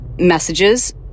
messages